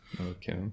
Okay